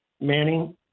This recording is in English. Manning